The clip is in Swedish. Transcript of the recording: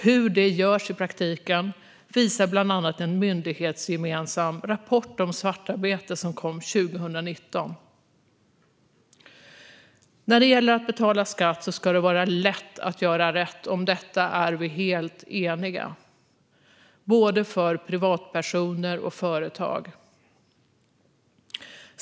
Hur det görs i praktiken visar bland annat en myndighetsgemensam rapport om svartarbete som kom 2019. När det gäller att betala skatt ska det vara lätt att göra rätt, både för privatpersoner och för företag. Om detta är vi helt eniga.